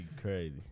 crazy